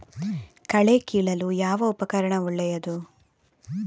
ಕಳೆ ಕೀಳಲು ಯಾವ ಉಪಕರಣ ಒಳ್ಳೆಯದು?